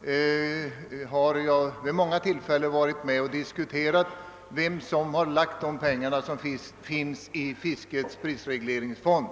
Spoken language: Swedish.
vill jag framhålla att jag vid många tillfällen har varit med och diskuterat vem som har tillskjutit de pengar som finns i fiskets prisregleringsfond.